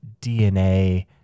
DNA